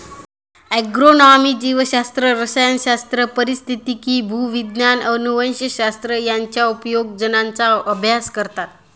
agronomy जीवशास्त्र, रसायनशास्त्र, पारिस्थितिकी, भूविज्ञान, अनुवंशशास्त्र यांच्या उपयोजनांचा अभ्यास करतात